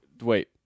Wait